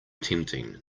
tempting